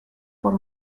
por